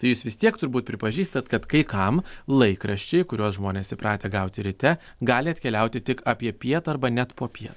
tai jūs vis tiek turbūt pripažįstate kad kai kam laikraščiai kuriuos žmonės įpratę gauti ryte gali atkeliauti tik apie piet arba net popiet